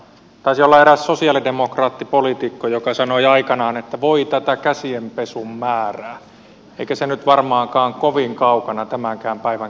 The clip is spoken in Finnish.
taisi olla eräs sosialidemokraattipoliitikko joka sanoi aikanaan että voi tätä käsienpesun määrää eikä se nyt varmaankaan kovin kaukana tämänkään päivän keskustelusta ole